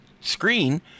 screen